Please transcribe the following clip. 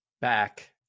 Back